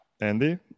Andy